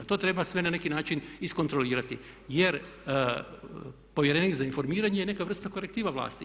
To treba sve na neki način iskontrolirati jer povjerenik za informiranje je neka vrsta korektiva vlasti.